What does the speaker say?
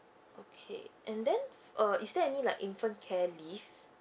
okay and then uh is there any like infant care leave